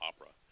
opera